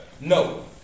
no